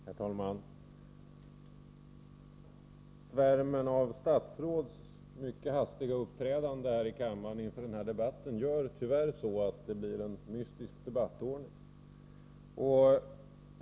Herr talman! Svärmen av här i kammaren inför den här debatten mycket hastigt uppdykande statsråd gör tyvärr att det blir en mystisk debattordning.